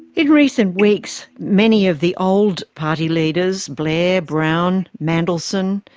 in recent weeks many of the old party leaders blair, brown, mandelson,